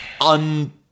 un